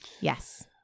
Yes